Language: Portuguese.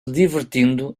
divertindo